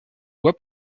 bois